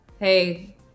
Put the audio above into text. hey